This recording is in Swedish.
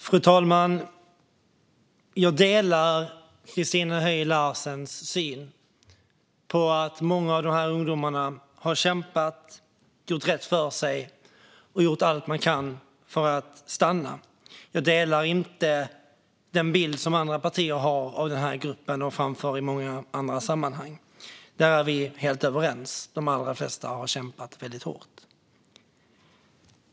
Fru talman! Jag delar Christina Höj Larsens syn - många av de här ungdomarna har kämpat, gjort rätt för sig och gjort allt de kan för att få stanna. Jag delar inte den bild som andra partier har av den här gruppen och som de framför i många andra sammanhang. Där är vi helt överens. De allra flesta har kämpat väldigt hårt.